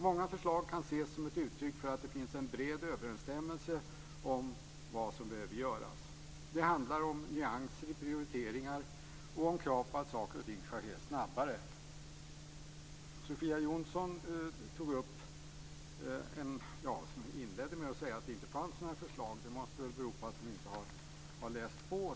Många förslag kan ses som ett uttryck för att det finns en bred överensstämmelse om vad som behöver göras. Det handlar om nyanser i prioriteringar och om krav på att saker och ting ska ske snabbare. Sofia Jonsson inledde med att säga att det inte fanns några förslag. Det måste bero på att hon inte har läst på.